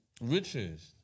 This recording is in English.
richest